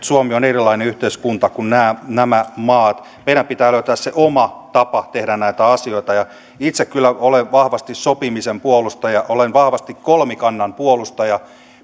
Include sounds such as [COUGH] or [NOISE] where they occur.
[UNINTELLIGIBLE] suomi on erilainen yhteiskunta kuin nämä nämä maat meidän pitää löytää se oma tapa tehdä näitä asioita itse kyllä olen vahvasti sopimisen puolustaja olen vahvasti kolmikannan puolustaja